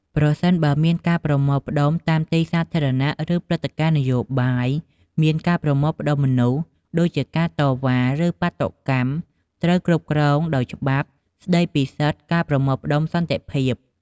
ប្រសិនបើមានការប្រមូលផ្តុំតាមទីសាធារណៈ ឬព្រឹត្តិការណ៍នយោបាយមានការប្រមូលផ្តុំមនុស្ស ដូចជា ការតវ៉ា ឬបាតុកម្ម ត្រូវគ្រប់គ្រងដោយច្បាប់ស្ដីពីសិទ្ធិការប្រមូលផ្តុំសន្តិភាព។